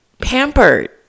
pampered